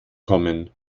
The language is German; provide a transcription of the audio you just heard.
kommen